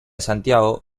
santiago